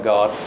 God